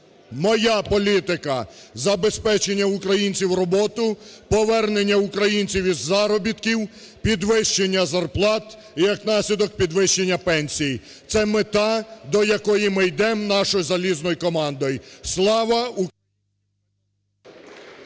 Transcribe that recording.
моя політика – забезпечення українців роботою, повернення українців із заробітків, підвищення зарплат, і як наслідок, підвищення пенсій. Це мета, до якої ми йдемо нашою залізною командою. Слава…